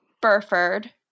Burford